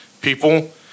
people